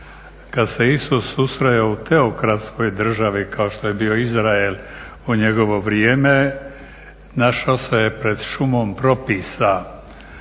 kada se Isus susreo u teokratskoj državi kao što je bio Izrael u njegovo vrijeme našao se pred šumom propisa